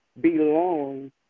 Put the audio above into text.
belong